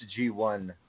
G1